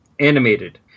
animated